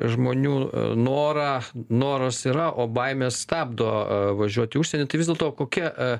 žmonių norą noras yra o baimė stabdo važiuoti į užsienį tai vis dėlto kokia